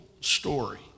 story